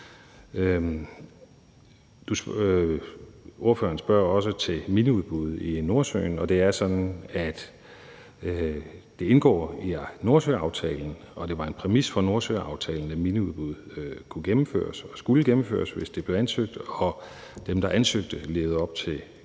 Ordføreren spørger også til miniudbuddet i Nordsøen. Det er sådan, at det indgår i Nordsøaftalen, og det var en præmis for Nordsøaftalen, at miniudbud kunne gennemføres og skulle gennemføres, hvis der blev ansøgt om det, og hvis dem, der ansøgte, levede op til